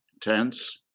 tense